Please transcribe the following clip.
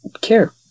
care